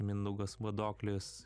mindaugas vadoklis